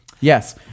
Yes